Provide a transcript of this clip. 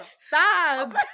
Stop